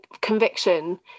conviction